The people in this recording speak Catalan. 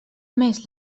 més